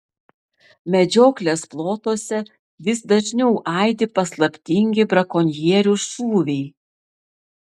medžioklės plotuose vis dažniau aidi paslaptingi brakonierių šūviai